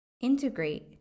integrate